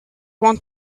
want